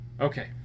Okay